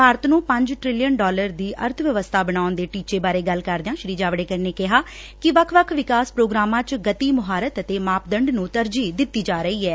ਭਾਰਤ ਨੂੰ ਪੰਜ trillion dollar ਦੀ ਅਰਬ ਵਿਵਸਬਾ ਬਣਾਉਣ ਦੇ ਟੀਚੇ ਬਾਰੇ ਗੱਲ ਕਰਦਿਆਂ ਸ੍ਰੀ ਜਾਵੜੇਕਰ ਨੇ ਕਿਹਾ ਕਿ ਵੱਖ ਵੱਖ ਵਿਕਾਸ ਪ੍ਰੋਗਰਾਮਾ ਚ ਗਤੀ ਮੁਹਾਰਤ ਅਤੇ ਮਾਪੰਡ ਨੰ ਤਰਜੀਹ ਦਿੱਤੀ ਜਾ ਰਹੀ ਐ